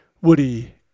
Woody